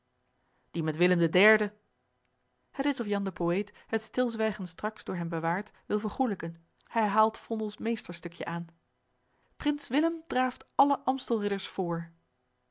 die met willem den derden het is of jan de poëet het stilzwijgen straks door hem bewaard wil vergoêlijken hij haalt vondel's meesterstukje aan prins willem draaft alle aemstelridders voor